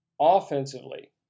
Offensively